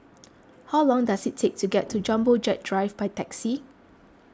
how long does it take to get to Jumbo Jet Drive by taxi